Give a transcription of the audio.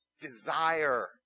desire